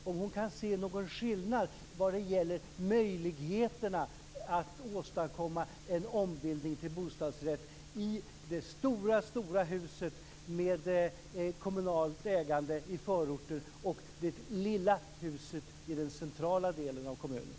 Kan Helena Hillar Rosenqvist se någon skillnad vad gäller möjligheterna att åstadkomma en ombildning till bostadsrätt i det stora, stora huset med kommunalt ägande i förorter och det lilla huset i den centrala delen av kommunen?